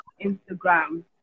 Instagram